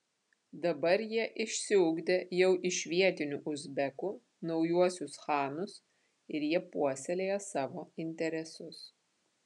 dabar jie išsiugdė jau iš vietinių uzbekų naujuosius chanus ir jie puoselėja savo interesus